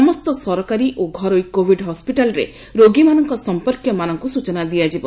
ସମସ୍ତ ସରକାରୀ ଓ ଘରୋଇ କୋଭିଡ ହସିଟାଲରେ ରୋଗୀମାନଙ୍କ ସମ୍ପର୍କୀୟମାନଙ୍କୁ ସୂଚନା ଦିଆଯିବ